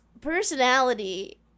personality